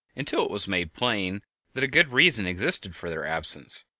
until it was made plain that a good reason existed for their absence.